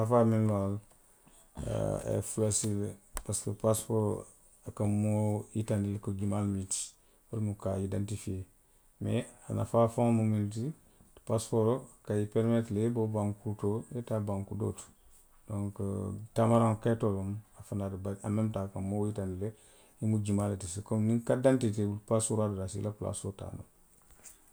A ye nnafaa miŋ na, a ye fula sii parisiko paasipooroo, a ka moo yitandi ko jumaa le mu i ti. wo lemu ka a idantifiyee. Mee a nafaa faŋo mu miŋ ti. paasipooroo, a ka ňiŋ peerimeetiri le i ye bo banku to i ye taa banku doo to. Donku taamaraŋ kayitoo loŋ a fanaŋw, aŋ memu taŋ a ka moo yitandi le i mu jumaa le ti. se komiŋ niŋ karitidantitee te i bulu, paasipooroo se a la palaasoo taa ň ŋ